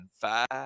five